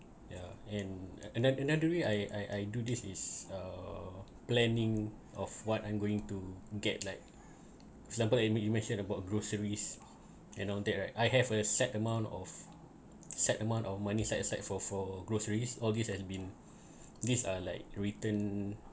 ya and and then another way I I do this is uh planning of what I'm going to get like example like you me~ you mentioned about groceries and long take right I have a set amount of set amount of money set aside for for groceries all these has been these are like return